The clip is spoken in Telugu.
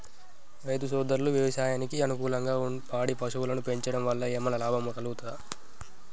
రైతు సోదరులు వ్యవసాయానికి అనుకూలంగా పాడి పశువులను పెంచడం వల్ల ఏమన్నా లాభం కలుగుతదా?